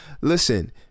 listen